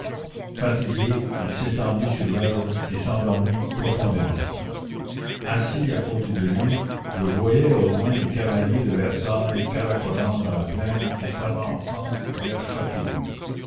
fatigué il s'étendit sur l'herbe et s'endormit profondément assis à côté de lui je voyais au loin les cavaliers de versailles caracolant dans la plaine et s'avançant vers